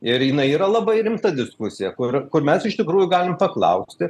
ir jinai yra labai rimta diskusija kur kur mes iš tikrųjų galim paklausti